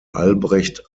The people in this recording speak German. albrecht